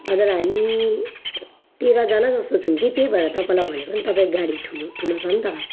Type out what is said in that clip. हजुर हामी तेह्रजना जस्तो छौँ कि त्यही भएर तपाईँलाई भनेको नि तपाईँको गाडी ठुलो ठुलो छ नि त